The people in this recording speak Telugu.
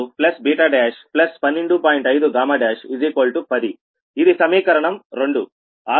5 10ఇది సమీకరణం 2